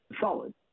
solid